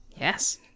Yes